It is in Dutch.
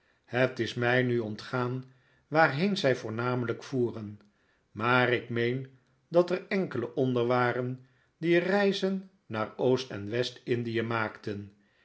het is mij nu ontgaan waarheen zij voornamelijk voeren maar ik meen dat er enkele onder waren die reizen naar oost en west-indie maakten